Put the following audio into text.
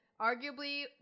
arguably